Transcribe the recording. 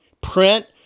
print